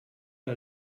der